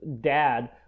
dad